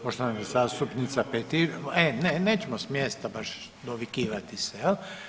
Poštovana zastupnica Petir, e ne nećemo s mjesta baš dovikivati se jel.